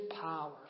power